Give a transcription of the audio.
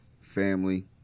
Family